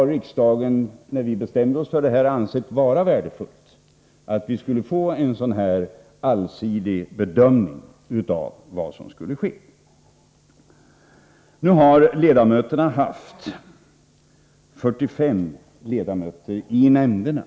Riksdagen uttalade också i samband med beslutet att det var värdefullt att få en allsidig bedömning av vad som skulle ske. Man har haft 45 ledamöter i nämnderna.